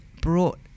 brought